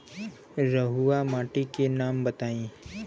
रहुआ माटी के नाम बताई?